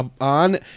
on